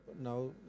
now